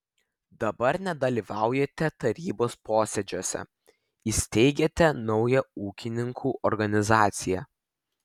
dabar nedalyvaujate tarybos posėdžiuose įsteigėte naują ūkininkų organizaciją